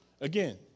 Again